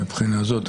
מבחינה זאת,